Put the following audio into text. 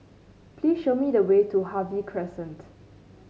please show me the way to Harvey Crescent